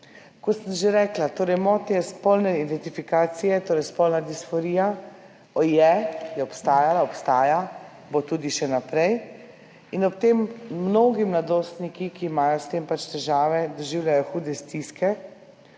Kot sem že rekla, motnje spolne identifikacije, torej spolna disforija je obstajala, obstaja, bo tudi še naprej in ob tem mnogi mladostniki, ki imajo s tem težave, doživljajo hude stiske